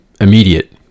immediate